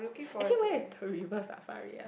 actually where is the River Safari ah